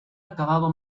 acabado